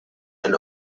and